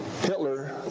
Hitler